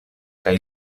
kaj